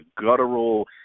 guttural